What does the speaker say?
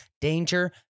danger